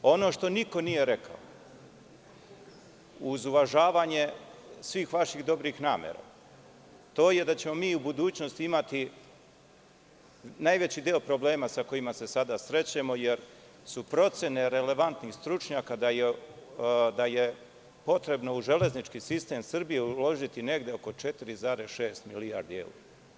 Ono što niko nije rekao, uz uvažavanje svih vaših dobrih namera, to je da ćemo mi u budućnosti imati najveći deo problema sa kojima se sada srećemo, jer su procene relevantnih stručnjaka da je potrebno u železnički sistem Srbije uložiti negde oko 4,6 milijardi evra.